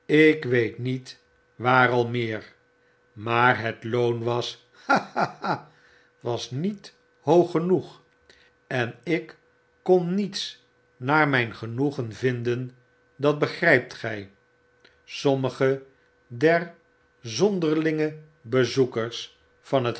ik weet niet waar al meer maar het loon was ha ha ha was niet hoog genoeg en ik kon niets aaar mijn genoegen vinden dat begrypt gy sommige der zonderlinge bezoekers van het